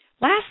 last